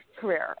career